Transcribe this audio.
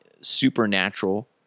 supernatural